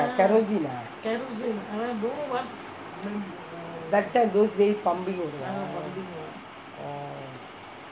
kerosene ah that time those days pumping ஓடயா:odayaa